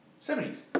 70s